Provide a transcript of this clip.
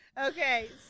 Okay